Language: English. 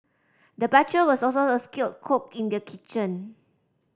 the butcher was also a skilled cook in the kitchen